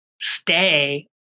stay